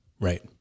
right